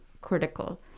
critical